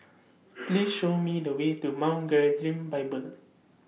Please Show Me The Way to Mount Gerizim Bible